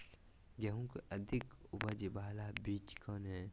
गेंहू की अधिक उपज बाला बीज कौन हैं?